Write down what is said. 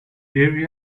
area